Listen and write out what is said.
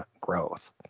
growth